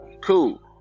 cool